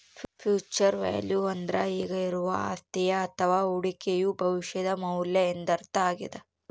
future value ಅಂದ್ರೆ ಈಗ ಇರುವ ಅಸ್ತಿಯ ಅಥವ ಹೂಡಿಕೆಯು ಭವಿಷ್ಯದ ಮೌಲ್ಯ ಎಂದರ್ಥ ಆಗ್ಯಾದ